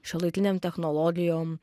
šiuolaikinėm technologijom